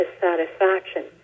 satisfaction